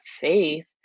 faith